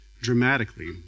dramatically